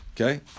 Okay